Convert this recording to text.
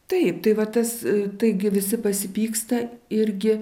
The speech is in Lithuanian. taip tai va tas taigi visi pasipyksta irgi